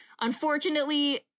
unfortunately